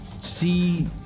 see